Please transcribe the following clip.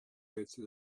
pezzi